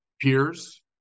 peers